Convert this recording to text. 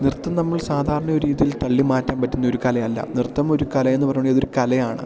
നൃത്തം നമ്മൾ സാധാരണ ഒരു രീതിയിൽ തള്ളി മാറ്റാൻ പറ്റുന്ന ഒരു കലയല്ല നൃത്തം ഒരു കല എന്ന് പറഞ്ഞിട്ടുണ്ടെങ്കിൽ അത് ഒരു കലയാണ്